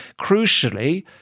Crucially